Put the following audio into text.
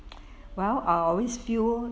well I always feel